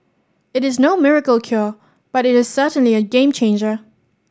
it is no miracle cure but it is certainly a game changer